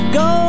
go